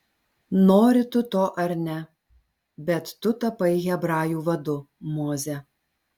nori tu to ar ne bet tu tapai hebrajų vadu moze